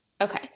Okay